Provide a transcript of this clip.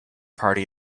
party